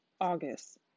August